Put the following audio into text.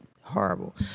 Horrible